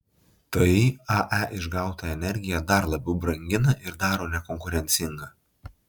tai ae išgautą energiją dar labiau brangina ir daro nekonkurencingą